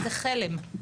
וזה חלם.